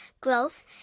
growth